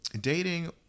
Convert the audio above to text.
dating